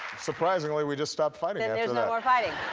surprisingly we just stopped fighting. and there's no more fighting.